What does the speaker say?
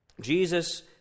Jesus